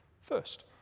first